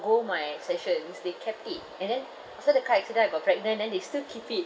my sessions they kept it and then after the car accident I got pregnant then they still keep it